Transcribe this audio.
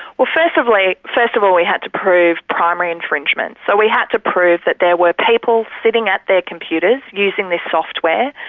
well first of like first of all we have to prove primary infringement. so we had to prove that there were people sitting at their computers, using this software,